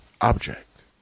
object